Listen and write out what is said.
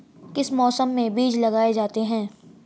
किस मौसम में बीज लगाए जाते हैं?